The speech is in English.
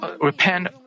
repent